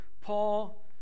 Paul